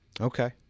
Okay